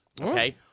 Okay